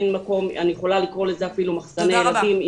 אני יכולה לקרוא לזה אפילו "מחסני ילדים",